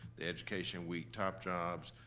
the education week top jobs,